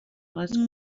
les